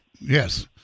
Yes